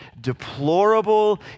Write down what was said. deplorable